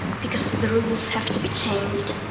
because the rules have to be changed.